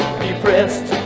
depressed